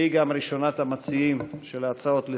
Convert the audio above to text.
והיא גם ראשונת המציעים של ההצעות לסדר-היום,